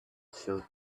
showed